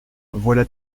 voilà